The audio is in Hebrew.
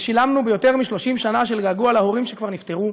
ושילמנו ביותר מ-30 שנה של געגוע להורים שכבר נפטרו,